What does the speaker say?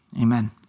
amen